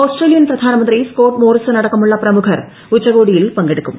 Australian പ്രധാനമന്ത്രി Scott Morrison അടക്കമുള്ള പ്രമുഖർ ഉച്ചകോടിയിൽ പങ്കെടുക്കും